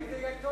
אם זה יהיה טוב